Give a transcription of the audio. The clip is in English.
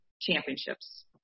championships